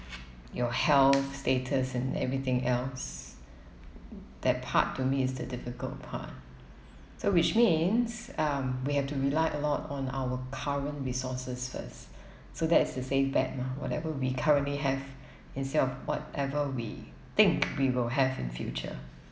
your health status and everything else that part to me is the difficult part so which means um we have to rely a lot on our current resources first so that is the safe bet mah whatever we currently have instead of whatever we think we will have in future